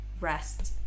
rest